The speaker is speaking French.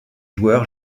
joueurs